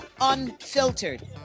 unfiltered